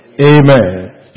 Amen